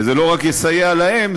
וזה לא רק יסייע להם,